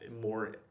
more